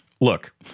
look